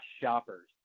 shoppers